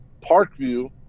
Parkview